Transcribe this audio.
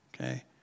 Okay